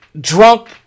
drunk